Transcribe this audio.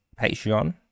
Patreon